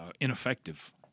ineffective